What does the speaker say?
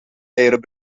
eieren